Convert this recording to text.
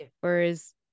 Whereas